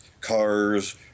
cars